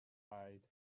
eyed